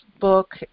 book